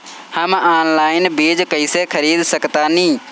हम ऑनलाइन बीज कईसे खरीद सकतानी?